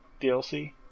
DLC